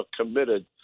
committed